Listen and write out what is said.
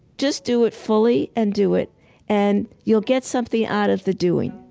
just do it fully and do it and you'll get something out of the doing.